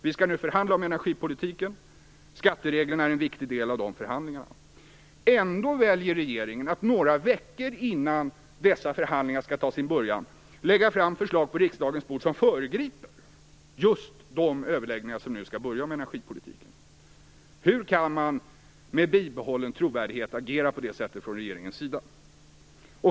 Vi skall nu förhandla om energipolitiken, där skattepolitiken är en viktig del. Trots detta väljer regeringen att några veckor innan dessa förhandlingar skall ta sin början lägga fram förslag på riksdagens bord som föregriper just de överläggningar om energipolitiken som nu skall börja. Hur kan regeringen med bibehållen trovärdighet agera på det sättet?